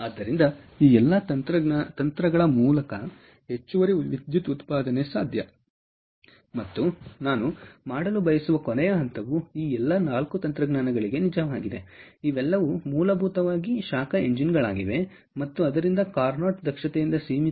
ಆದ್ದರಿಂದ ಈ ಎಲ್ಲಾ ತಂತ್ರಗಳ ಮೂಲಕ ಹೆಚ್ಚುವರಿ ವಿದ್ಯುತ್ ಉತ್ಪಾದನೆ ಸಾಧ್ಯ ಮತ್ತು ನಾನು ಮಾಡಲು ಬಯಸುವ ಕೊನೆಯ ಹಂತವು ಈ ಎಲ್ಲಾ 4 ತಂತ್ರಜ್ಞಾನಗಳಿಗೆ ನಿಜವಾಗಿದೆ ಇವೆಲ್ಲವೂ ಮೂಲಭೂತವಾಗಿ ಶಾಖ ಎಂಜಿನ್ಗಳಾಗಿವೆ ಮತ್ತು ಆದ್ದರಿಂದ ಕಾರ್ನೋಟ್ ದಕ್ಷತೆಯಿಂದ ಸೀಮಿತವಾದ ಅವುಗಳ ಗರಿಷ್ಠ ದಕ್ಷತೆಗಳು ಸರಿ